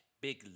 Big